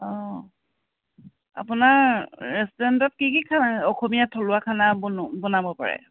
অঁ আপোনাৰ ৰেষ্টুৰেণ্টত কি কি খানা অসমীয়া থলুৱা খানা বনো বনাব পাৰে